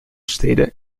steden